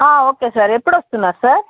okay sir ఎప్పుడు వస్తున్నారు sir